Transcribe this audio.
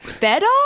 Better